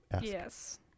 Yes